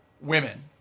women